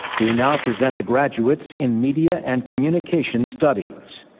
we now present the graduates in media and communications studies.